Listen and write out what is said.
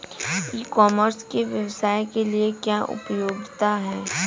ई commerce के व्यवसाय के लिए क्या उपयोगिता है?